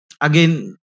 Again